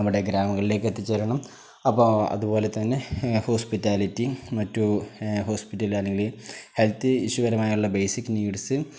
നമ്മുടെ ഗ്രാമങ്ങളിലേക്ക് എത്തിച്ചേരണം അപ്പോൾ അതുപോലെ തന്നെ ഹോസ്പിറ്റാലിറ്റി മറ്റു ഹോസ്പിറ്റല് അല്ലെങ്കിൽ ഹെൽത്ത് ഇഷ്യു പരമായുള്ള ബേസിക് നീഡ്സ്